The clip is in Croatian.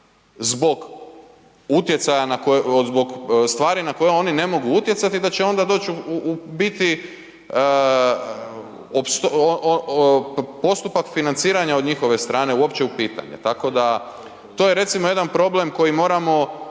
zbog stvari na koje oni ne mogu utjecati i da će onda doći u biti postupak financiranja od njihove strane uopće u pitanje. Tako da to je recimo jedan problem koji moramo